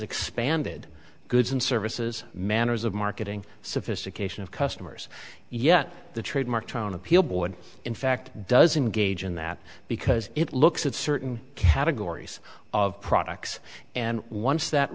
expanded goods and services manners of marketing sophistication of customers yet the trademark tone appeal would in fact doesn't gaijin that because it looks at certain categories of products and once that